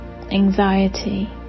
anxiety